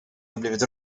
blivit